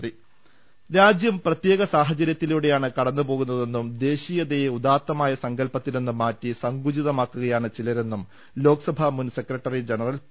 രുട്ട്ട്ട്ട്ട്ട്ട്ട രാജ്യം പ്രത്യേക സാഹചര്യത്തിലൂടെയാണ് കടന്നുപോകുന്നതെന്നും ദേശീയതയെ ഉദാത്തമായ സങ്കല്പത്തിൽ നിന്ന് മാറ്റി സങ്കുചിതമാക്കുക യാണ് ചിലരെന്നും ലോക്സഭ മുൻ സ്ക്രെട്ടറി ജനറൽ പി